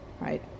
right